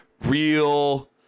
real